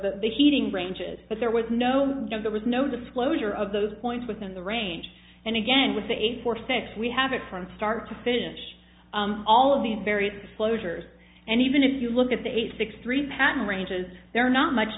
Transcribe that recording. were the heating ranges but there was no there was no disclosure of those points within the range and again with a four six we have it from start to finish all of these very closures and even if you look at the eight six three patent ranges there are not much